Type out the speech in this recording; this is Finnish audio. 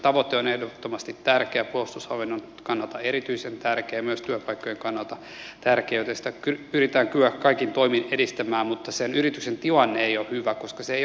tavoite on ehdottomasti tärkeä puolustushallinnon kannalta erityisen tärkeä ja myös työpaikkojen kannalta tärkeä joten sitä pyritään kyllä kaikin toimin edistämään mutta sen yrityksen tilanne ei ole hyvä koska se ei ole kannattavaa liiketoimintaa